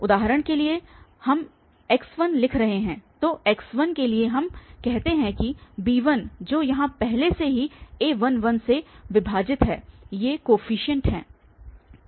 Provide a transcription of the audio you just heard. उदाहरण के लिए हम x1 लिख रहे हैं तो x1 के लिए हम कहते हैं b1 जो यहां पहले से ही a11 से विभाजित हैंये कोफीशिएंट हैं